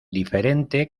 diferente